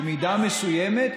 במידה מסוימת,